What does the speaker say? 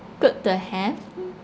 good to have